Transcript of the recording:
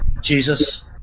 Jesus